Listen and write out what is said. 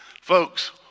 folks